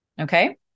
Okay